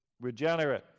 regenerate